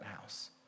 house